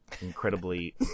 incredibly